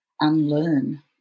unlearn